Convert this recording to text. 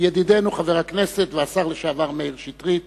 ידידנו חבר הכנסת והשר לשעבר מאיר שטרית,